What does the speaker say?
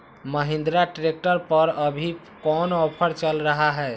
Mahindra tractor पर अभी कोन ऑफर चल रहा है?